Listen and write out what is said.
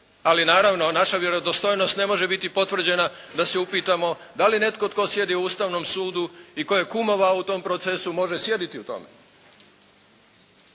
ali naravno naša vjerodostojnost ne može biti potvrđena da se upitamo da li netko tko sjedi u Ustavnom sudu i tko je kumovao u tom procesu može sjediti u tome.